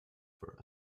for